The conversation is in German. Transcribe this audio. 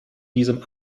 diesem